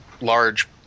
large